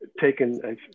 taken